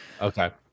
Okay